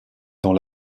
dans